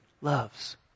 loves